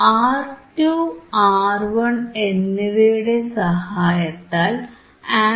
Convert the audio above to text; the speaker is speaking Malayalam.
R2 R1എന്നിവയുടെ സഹായത്താൽ ആംപ്ലിഫിക്കേഷനുമുണ്ട്